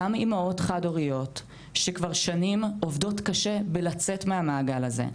גם אימהות חד-הוריות שכבר שנים עובדות קשה בלצאת מהמעגל הזה,